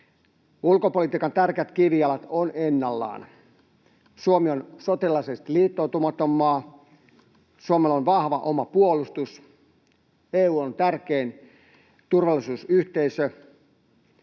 Ulkopolitiikan tärkeät kivijalat ovat ennallaan: Suomi on sotilaallisesti liittoutumaton maa. Suomella on vahva oma puolustus. EU on tärkein turvallisuusyhteisö.